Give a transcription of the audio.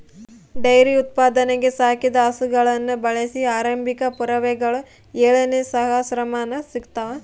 dairy ಉತ್ಪಾದನೆಗೆ ಸಾಕಿದ ಹಸುಗಳನ್ನು ಬಳಸಿದ ಆರಂಭಿಕ ಪುರಾವೆಗಳು ಏಳನೇ ಸಹಸ್ರಮಾನ ಸಿಗ್ತವ